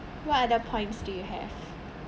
what other points do you have